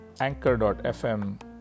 anchor.fm